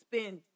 Spend